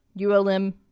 ULM